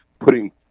putting